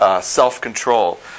Self-control